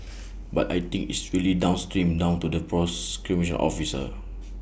but I think it's really downstream down to the officer